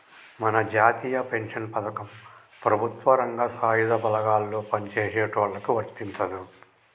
మన జాతీయ పెన్షన్ పథకం ప్రభుత్వ రంగం సాయుధ బలగాల్లో పని చేసేటోళ్ళకి వర్తించదు